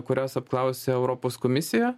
kurias apklausė europos komisija